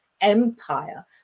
empire